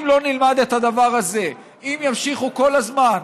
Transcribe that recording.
אם לא נלמד את הדבר הזה, אם ימשיכו כל הזמן,